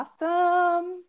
Awesome